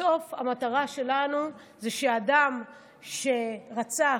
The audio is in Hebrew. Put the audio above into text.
בסוף המטרה שלנו זה שאדם שרצח,